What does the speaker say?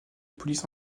police